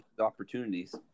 opportunities